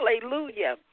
Hallelujah